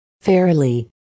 Fairly